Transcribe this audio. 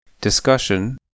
Discussion